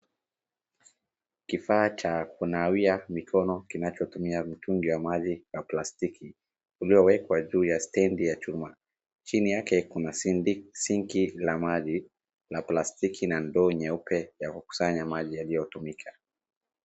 Kifaa cha kunawia mikono kinachotumia mtungi wa maji wa plastiki uliowekwa juu ya stedi ya chuma. Chini yake kuna sinki la maji la plastiki na ndoo nyeupe ya kukusanya maji yaliyotumika.